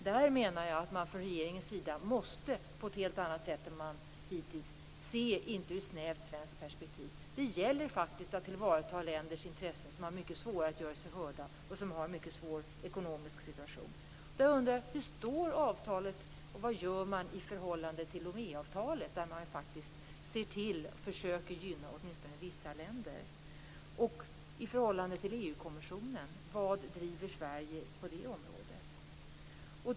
Där menar jag att regeringen inte kan se ur ett snävt svenskt perspektiv på det sätt som man hittills gjort. Det gäller faktiskt att tillvarata andra länders intressen - länder som har mycket svårare att göra sig hörda och som har en mycket svår ekonomisk situation. Jag undrar hur avtalet ser ut och vad man gör i förhållande till Loméavtalet. Där försöker man ju åtminstone gynna vissa länder. Hur ser det ut i förhållande till EU-kommissionen? Vad driver Sverige på det området?